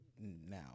Now